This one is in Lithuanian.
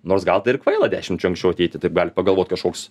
nors gal tai ir kvaila dešimčiu anksčiau ateiti taip gali pagalvot kažkoks